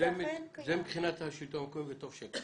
זה מבחינת השלטון המקומי וטוב שכך.